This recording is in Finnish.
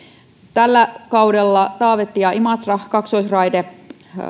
tällä kaudella valmistuu taavetti imatra kaksoisraide